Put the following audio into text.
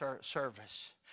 service